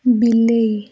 ବିଲେଇ